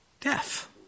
death